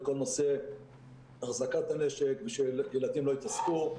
כל נושא אחזקת הנשק ושילדים לא יתעסקו,